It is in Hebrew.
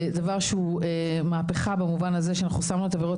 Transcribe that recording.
זה דבר שהוא מהפכה במובן הזה שאנחנו שמנו את עבירות